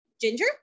Ginger